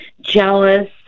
jealous